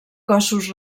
cossos